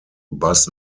bus